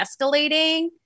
escalating